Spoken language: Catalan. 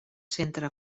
centre